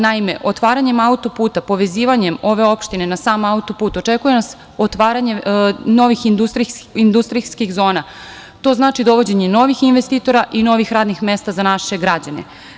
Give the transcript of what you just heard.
Naime, otvaranjem autoputa, povezivanjem ove opštine na sam autoput, očekuje nas otvaranje novih industrijskih zona, to znači dovođenje novih investitora i novih radnih mesta za naše građane.